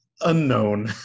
Unknown